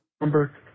Number